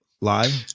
live